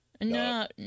No